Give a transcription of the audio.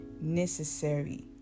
necessary